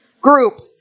group